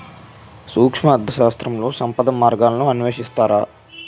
సూక్ష్మ అర్థశాస్త్రంలో సంపద మార్గాలను అన్వేషిస్తారు